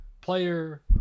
player